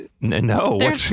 No